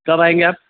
कब आएंगे आप